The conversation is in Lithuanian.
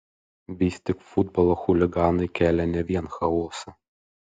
vis tik futbolo chuliganai kelia ne vien chaosą